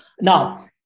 Now